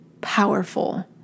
powerful